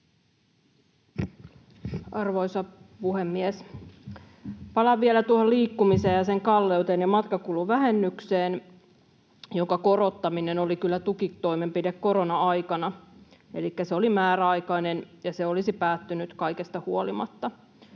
Arvoisa puhemies! Palaan vielä tuohon liikkumiseen ja sen kalleuteen ja matkakuluvähennykseen, jonka korottaminen oli kyllä tukitoimenpide korona-aikana. Elikkä se oli määräaikainen, ja se olisi päättynyt kaikesta huolimatta.